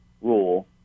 rule